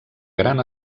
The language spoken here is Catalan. gran